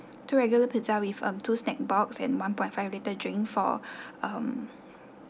two regular pizza with um two snack box and one point five litre drink for um